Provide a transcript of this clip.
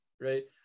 right